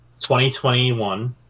2021